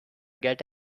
get